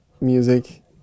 music